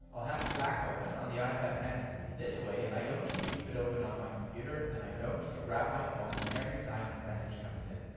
i'll have slack open on the ipad next to me. this way i don't need to keep it open on my computer, and i don't need to grab my phone every time a message comes in.